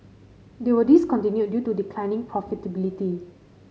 they were discontinued due to declining profitability